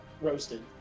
roasted